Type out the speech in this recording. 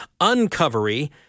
Uncovery